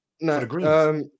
No